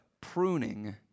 pruning